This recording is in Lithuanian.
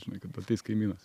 žinai kad ateis kaimynas